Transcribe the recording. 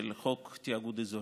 של חוק תאגוד אזורי.